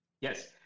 yes